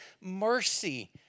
mercy